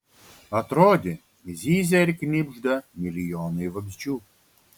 atrodė zyzia ir knibžda milijonai vabzdžių